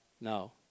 No